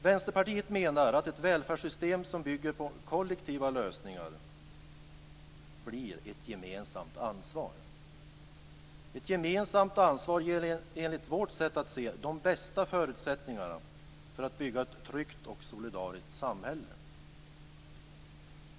Vänsterpartiet menar att ett välfärdssystem som bygger på kollektiva lösningar blir ett gemensamt ansvar. Ett gemensamt ansvar ger enligt vårt sätt att se de bästa förutsättningarna för att bygga ett tryggt och solidariskt samhälle.